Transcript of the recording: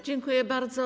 Dziękuję bardzo.